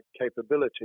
capability